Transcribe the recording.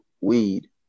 weed